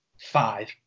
five